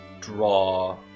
draw